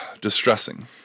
distressing